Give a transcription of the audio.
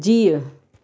जीउ